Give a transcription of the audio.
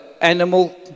animal